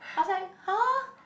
I was like !huh!